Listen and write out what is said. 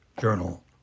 Journal